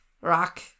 rock